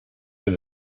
with